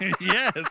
Yes